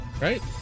right